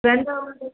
ஃப்ரெண்ட்டோடைய